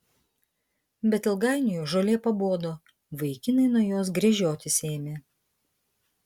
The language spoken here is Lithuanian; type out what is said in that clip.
bet ilgainiui žolė pabodo vaikinai nuo jos gręžiotis ėmė